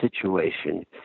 situation